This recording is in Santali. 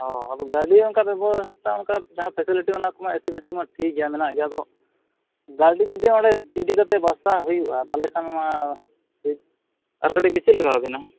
ᱦᱳᱭ ᱟᱫᱚ ᱜᱟᱹᱰᱤ ᱚᱱᱠᱟ ᱵᱮᱵᱚᱥᱛᱷᱟ ᱚᱱᱠᱟ ᱡᱟᱦᱟᱸ ᱯᱷᱮᱥᱤᱞᱤᱴᱤ ᱚᱱᱟᱠᱚ ᱢᱟ ᱮᱹ ᱥᱤ ᱢᱮ ᱥᱤ ᱢᱟ ᱴᱷᱤᱠ ᱜᱮᱭᱟ ᱢᱮᱱᱟᱜ ᱜᱮᱭᱟ ᱟᱫᱚ ᱜᱟᱹᱰᱤ ᱡᱩᱫᱤ ᱚᱸᱰᱮ ᱤᱫᱤ ᱠᱟᱛᱮ ᱵᱟᱥᱟᱜ ᱦᱩᱭᱩᱜᱼᱟ ᱛᱟᱦᱚᱞᱮ ᱠᱷᱟᱱ ᱢᱟ ᱟᱨ ᱠᱟᱹᱴᱤᱡ ᱵᱮᱥᱤ ᱞᱟᱜᱟᱣᱟᱵᱤᱱᱟ